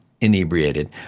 inebriated